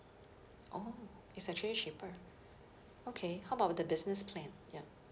orh it's actually cheaper okay how about the business plan ya